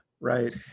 right